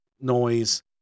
noise